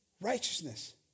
righteousness